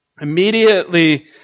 Immediately